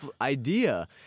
idea